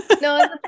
No